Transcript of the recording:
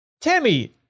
Tammy